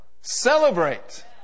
Celebrate